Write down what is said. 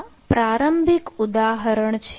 આ પ્રારંભિક ઉદાહરણ છે